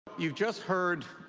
you've just heard